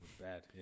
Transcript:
bad